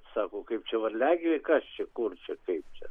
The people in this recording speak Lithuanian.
sako kaip čia varliagyviai kas čia kur čia kaip čia